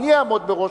אני אעמוד בראש.